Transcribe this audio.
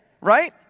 right